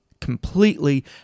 completely